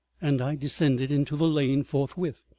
and i descended into the lane forthwith,